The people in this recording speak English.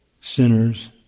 sinners